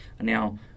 Now